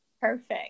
Perfect